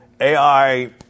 AI